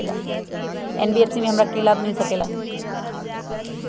NBFC से हमार की की लाभ मिल सक?